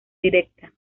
directa